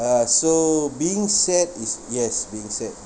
uh so being sad is yes being sad